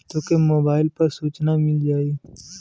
तोके मोबाइल पर सूचना मिल जाई